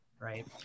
right